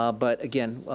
ah but again,